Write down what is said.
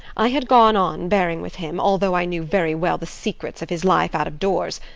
i had gone on bearing with him, although i knew very well the secrets of his life out of doors.